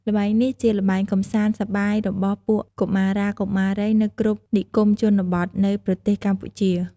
ល្បែងនេះ ជាល្បែងកំសាន្តសប្បាយ របស់ពួកកុមារាកុមារីនៅគ្រប់និគមជនបទ នៃប្រទេស កម្ពុជា ។